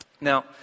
now